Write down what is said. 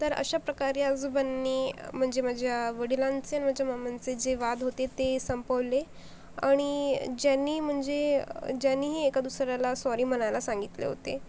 तर अशाप्रकारे आजोबांनी म्हणजे माझ्या वडिलांचे अन् माझ्या मामांचे जे वाद होते ते संपवले आणि ज्यांनी म्हणजे ज्यांनीही एका दुसऱ्याला सॉरी म्हणायला सांगितले होते